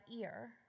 ear